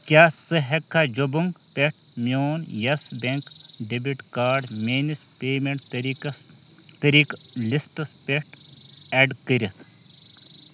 کیٛاہ ژٕ ہٮ۪ککھا جُبُنٛگ پٮ۪ٹھ میون یَس بیٚنٛک ڈیٚبِٹ کارڈ میٲنِس پیمنٹ طٔریٖقس طٔریٖقہٕ لِسٹَس پٮ۪ٹھ ایڈ کٔرِتھ